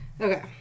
Okay